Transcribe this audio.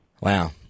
Wow